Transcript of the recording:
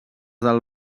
del